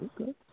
Okay